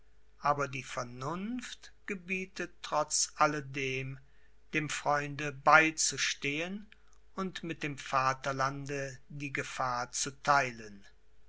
aber die vernunft gebietet trotz alledem dem freunde beizustehen und mit dem vaterlande die gefahr zu theilen